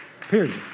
Period